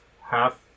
Half